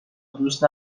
دوست